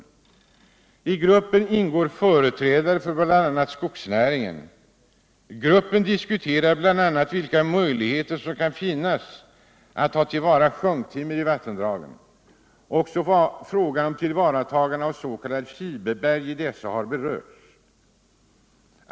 I gruppen ingår företrädare för bl.a. skogsnäringen. Gruppen diskuterar bl.a. vilka möjligheter som kan finnas att ta till vara sjunktimmer i vattendragen. Också frågan om tillvaratagande av s.k. fiberberg i dessa har berörts.